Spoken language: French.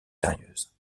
sérieuses